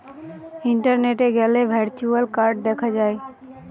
ইন্টারনেটে গ্যালে virtual card দেখা যায়